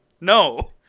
no